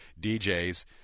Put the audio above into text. DJs